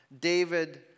David